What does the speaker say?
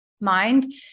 mind